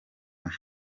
nta